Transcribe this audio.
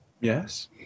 Yes